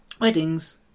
weddings